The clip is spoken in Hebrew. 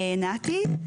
נתי,